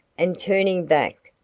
and turning back,